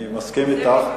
אני מסכים אתך.